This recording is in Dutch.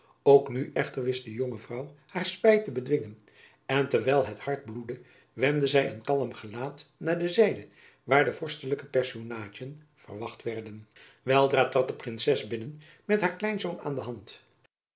ook nu echter wist de jonge vrouw haar spijt te bedwingen en terwijl het hart bloedde wendde zy een kalm gelaat naar de zijde waar de vorstelijke personaadjen verwacht werden weldra trad de princes binnen met haar kleinzoon aan de hand